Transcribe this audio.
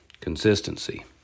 Consistency